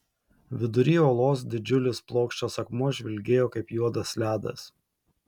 vidury olos didžiulis plokščias akmuo žvilgėjo kaip juodas ledas